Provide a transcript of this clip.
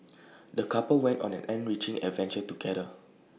the couple went on an enriching adventure together